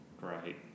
Great